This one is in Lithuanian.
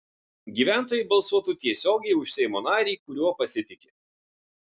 gyventojai balsuotų tiesiogiai už seimo narį kuriuo pasitiki